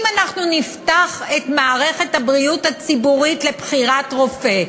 אם נפתח את מערכת הבריאות הציבורית לבחירת רופא,